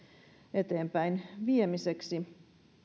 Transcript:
eteenpäinviemiseksi